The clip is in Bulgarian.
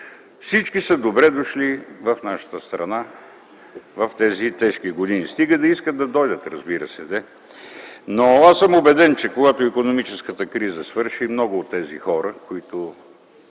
Всички са добре дошли в нашата страна в тези тежки години. Стига да искат да дойдат, разбира се. Но аз съм убеден, че когато икономическата криза свърши, много от тези хора ще